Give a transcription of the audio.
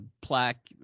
plaque